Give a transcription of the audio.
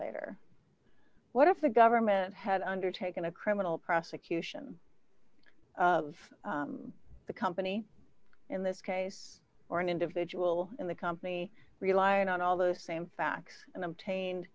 later what if the government had undertaken a criminal prosecution of the company in this case or an individual in the company relying on all those same facts and obtained